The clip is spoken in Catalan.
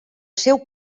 seu